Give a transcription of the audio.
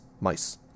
Mice